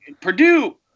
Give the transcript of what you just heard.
Purdue